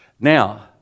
Now